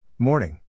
Morning